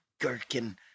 gherkin